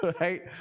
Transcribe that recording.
right